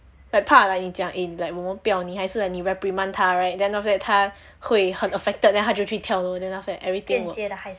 like 怕 like 你讲 eh 我们不要你还是 like 你 reprimand 他 right then after that 他会很 affected then 他就去跳楼 then after that everything will~